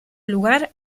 lugar